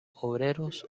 obreros